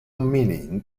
meaning